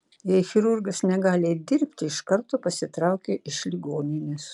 jei chirurgas negali dirbti iš karto pasitraukia iš ligoninės